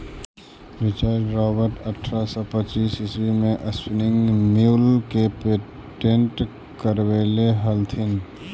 Richard Robert अट्ठरह सौ पच्चीस ईस्वी में स्पीनिंग म्यूल के पेटेंट करवैले हलथिन